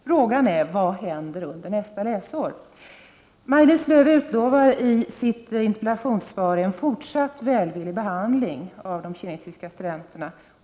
Frågan är: Vad händer under nästa läsår? Maj-Lis Lööw utlovar i sitt interpellationssvar en fortsatt välvillig behandling av de kinesiska studenterna.